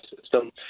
system